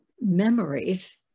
memories